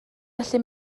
gallu